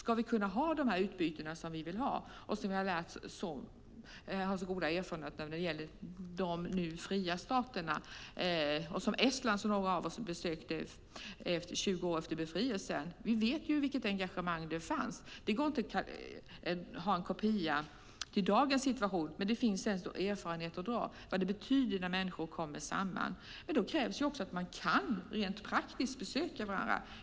Vi vill kunna ha de utbyten som vi vill ha och som vi har goda erfarenheter av när det gäller de nu fria staterna. Jag tänker på Estland, som många av oss besökte 20 år efter befrielsen. Vi vet vilket engagemang det fanns. Det går inte att göra en kopia på det i dagens situation, men det finns erfarenheter att dra av vad det betyder när människor kommer samman. Men då krävs också att man rent praktiskt kan besöka varandra.